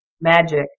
magic